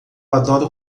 adoro